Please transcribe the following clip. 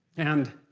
and.